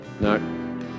No